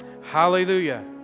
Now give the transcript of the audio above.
Hallelujah